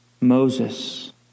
Moses